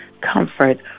comfort